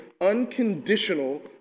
unconditional